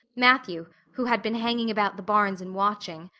matthew, who had been hanging about the barns and watching,